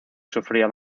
sufría